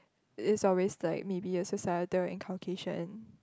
is always like maybe a societal inculcation